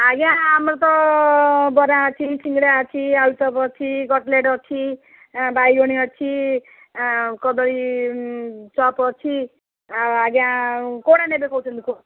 ଆଜ୍ଞା ଆମର ତ ବରା ଅଛି ସିଙ୍ଗେଡ଼ା ଅଛି ଆଳୁଚପ ଅଛି କଟଲେଟ୍ ଅଛି ବାଇଗେଣୀ ଅଛି କଦଳୀ ଚପ୍ ଅଛି ଆଉ ଆଜ୍ଞା କୋଉଟା ନେବେ କହୁଛନ୍ତି କୁହନ୍ତୁ